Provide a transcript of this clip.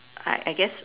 I I guess